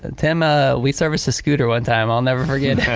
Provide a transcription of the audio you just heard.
ah tim, ah we serviced his scooter one time. i'll never forget it.